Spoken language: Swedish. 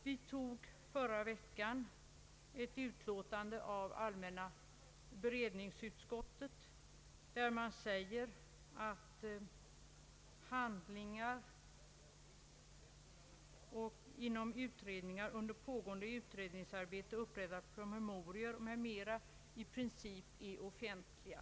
Vi antog förra veckan ett utlåtande av allmänna beredningsutskottet, vari sägs att handlingar inom utredningar och under pågående utredningsarbete upprättade promemorior i princip är offentliga.